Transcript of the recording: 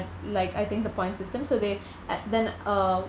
like I think the point system so they a~ then uh